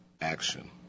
Action